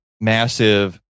massive